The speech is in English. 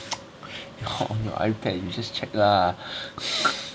you're on your ipad you just check lah